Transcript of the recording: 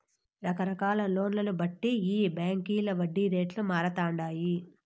రకరకాల లోన్లను బట్టి ఈ బాంకీల వడ్డీ రేట్లు మారతండాయి